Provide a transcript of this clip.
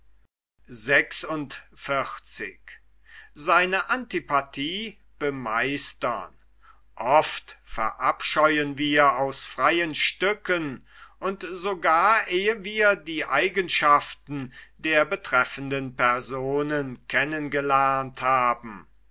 oft verabscheuen wir aus freien stücken und sogar ehe wir die eigenschaften der betreffenden personen kennen gelernt haben